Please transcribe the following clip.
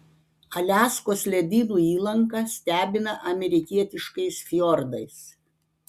aliaskos ledynų įlanka stebina amerikietiškais fjordais